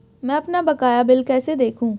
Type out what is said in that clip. मैं अपना बकाया बिल कैसे देखूं?